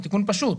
זה תיקון פשוט,